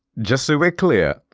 just so we're clear,